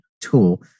tool